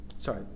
Sorry